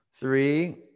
Three